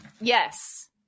Yes